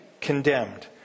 condemned